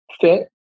fit